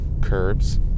curbs